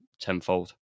tenfold